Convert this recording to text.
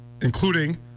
including